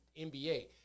NBA